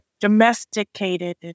domesticated